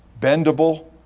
bendable